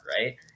Right